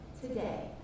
today